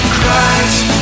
Christ